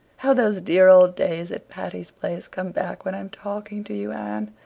how those dear old days at patty's place come back when i'm talking to you, anne!